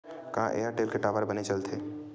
का एयरटेल के टावर बने चलथे?